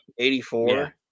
84